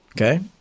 okay